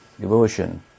devotion